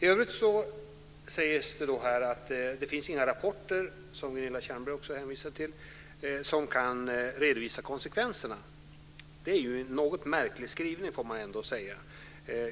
I övrigt sägs här att det inte finns några rapporter, som dock Gunilla Tjernberg hänvisade till, som kan visa konsekvenserna. Det är en något märklig skrivning, får man ändå lov att säga.